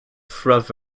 through